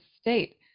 state